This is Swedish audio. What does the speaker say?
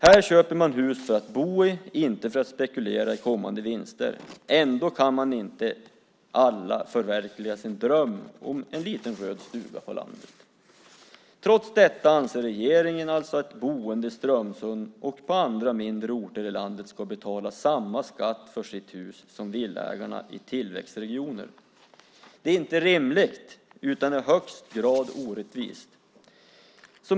Här köper man hus för att bo i, inte för att spekulera i kommande vinster, ändå kan inte alla förverkliga sin dröm om en liten röd stuga på landet. Trots detta anser alltså regeringen att boende i Strömsund och på andra mindre orter i landet ska betala samma skatt för sitt hus som villaägarna i tillväxtregioner. Det är inte rimligt utan i högsta grad orättvist.